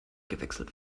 gewechselt